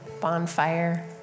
bonfire